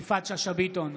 בהצבעה יפעת שאשא ביטון,